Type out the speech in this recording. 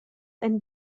and